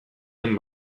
den